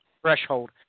threshold